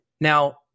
Now